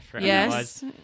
Yes